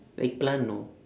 eggplant no